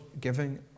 giving